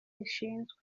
rishinzwe